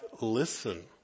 Listen